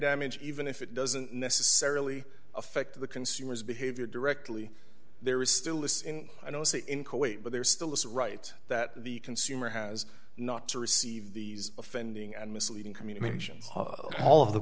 damage even if it doesn't necessarily affect the consumer's behavior directly there is still a sin i don't see in kuwait but there still is right that the consumer has not to receive these offending and misleading communications all of the